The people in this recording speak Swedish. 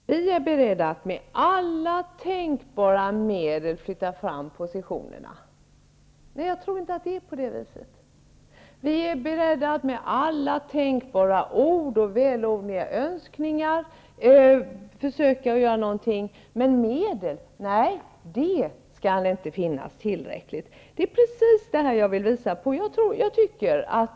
Herr talman! Vi är beredda att med alla tänkbara medel flytta fram positionerna, säger Charlotte Cederschiöld. Nej, jag tror inte att det är så. Ni är beredda med alla tänkbara ord och vällovliga önskningar försöka göra någonting, men det skall inte finnas tillräckliga medel. Det är precis det jag vill visa på.